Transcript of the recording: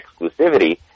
exclusivity